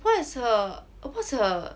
what is her what's her